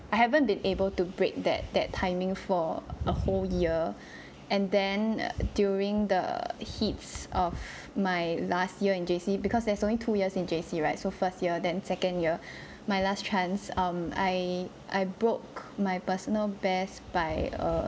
I haven't been able to break that that timing for a whole year and then during the heaps of my last year in J_C because there's only two years in J_C right so first year then second year my last chance um I I broke my personal best by err